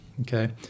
okay